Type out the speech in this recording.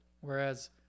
Whereas